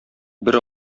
бер